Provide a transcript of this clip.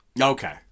Okay